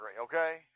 okay